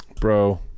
bro